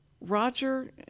Roger